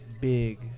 big